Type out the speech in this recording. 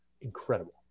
incredible